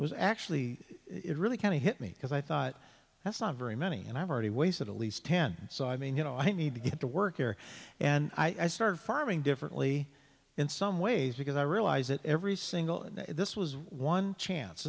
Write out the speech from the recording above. was actually it really kind of hit me because i thought that's not very many and i've already wasted at least ten so i mean you know i need to get to work here and i started farming differently in some ways because i realize that every single day this was one chance